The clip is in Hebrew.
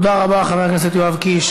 תודה רבה, חבר הכנסת יואב קיש.